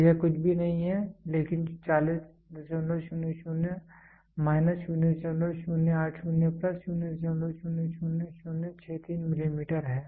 तो यह कुछ भी नहीं है लेकिन 4000 माइनस 0080 प्लस 000063 मिलीमीटर है